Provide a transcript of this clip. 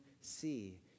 see